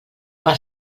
per